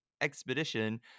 expedition